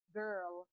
girl